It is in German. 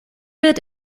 wird